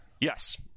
Yes